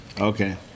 Okay